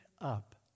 up